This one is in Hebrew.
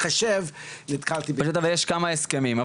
כמה הסכמים.